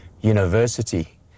university